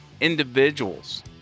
individuals